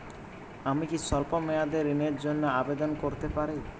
আমি কি স্বল্প মেয়াদি ঋণের জন্যে আবেদন করতে পারি?